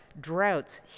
droughts